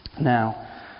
Now